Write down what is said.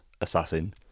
assassin